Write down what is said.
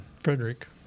Frederick